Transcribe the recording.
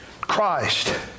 Christ